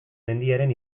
mendiaren